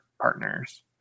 Partners